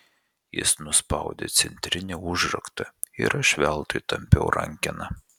jis nuspaudė centrinį užraktą ir aš veltui tampiau rankeną